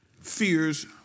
fear's